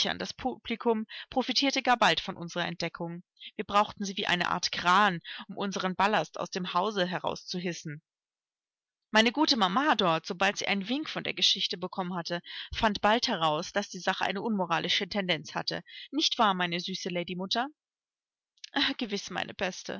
das publikum profitierte gar bald von unserer entdeckung wir brauchten sie wie eine art krahn um unseren ballast aus dem hause herauszuhissen meine gute mama dort sobald sie einen wink von der geschichte bekommen hatte fand bald heraus daß die sache eine unmoralische tendenz hatte nicht wahr meine süße lady mutter gewiß meine beste